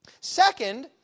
Second